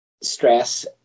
stress